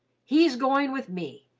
he's going with me!